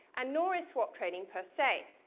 and nor is swap trading, per se.